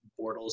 Bortles